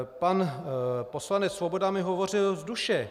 Pan poslanec Svoboda mi hovořil z duše.